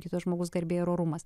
kito žmogaus garbė ir orumas